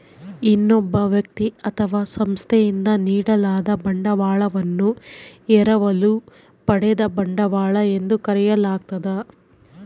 ಇನ್ನೊಬ್ಬ ವ್ಯಕ್ತಿ ಅಥವಾ ಸಂಸ್ಥೆಯಿಂದ ನೀಡಲಾದ ಬಂಡವಾಳವನ್ನು ಎರವಲು ಪಡೆದ ಬಂಡವಾಳ ಎಂದು ಕರೆಯಲಾಗ್ತದ